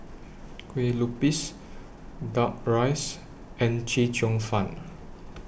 Kue Lupis Duck Rice and Chee Cheong Fun